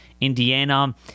Indiana